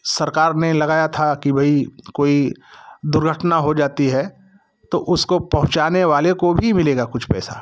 सरकार ने लगाया था कि भाई कोई दुर्घटना हो जाती है तो उसको पहुँचाने वाले को भी मिलेगा कुछ पैसा